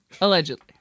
allegedly